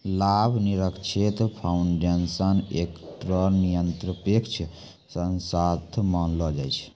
लाभ निरपेक्ष फाउंडेशन एकठो निरपेक्ष संस्था मानलो जाय छै